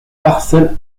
parcelles